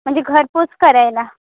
म्हणजे घरपोच करायला